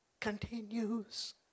continues